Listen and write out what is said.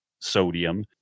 sodium